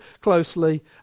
closely